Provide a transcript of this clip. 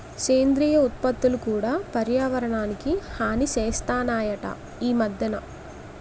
సేంద్రియ ఉత్పత్తులు కూడా పర్యావరణానికి హాని సేస్తనాయట ఈ మద్దెన